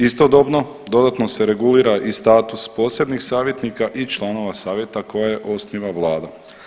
Istodobno dodatno se regulira i status posebnih savjetnika i članova savjeta koje osniva vlada.